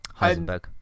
Heisenberg